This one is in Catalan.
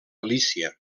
lícia